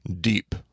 deep